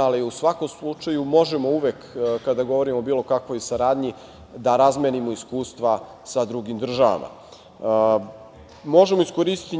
ali u svakom slučaju možemo uvek, kada govorimo o bilo kakvoj saradnji, da razmenimo iskustva sa drugim državama. Možemo iskoristiti